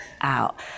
out